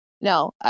no